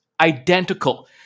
identical